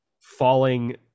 falling